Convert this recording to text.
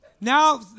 Now